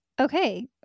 okay